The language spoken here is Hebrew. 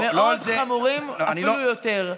לא על זה מדובר, מאוד חמורים ואפילו יותר.